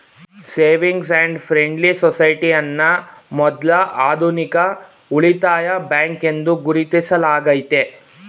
savings and friendly society ಅನ್ನ ಮೊದ್ಲ ಆಧುನಿಕ ಉಳಿತಾಯ ಬ್ಯಾಂಕ್ ಎಂದು ಗುರುತಿಸಲಾಗೈತೆ